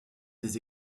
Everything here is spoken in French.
des